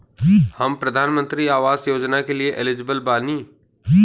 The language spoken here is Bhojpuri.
हम प्रधानमंत्री आवास योजना के लिए एलिजिबल बनी?